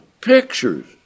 pictures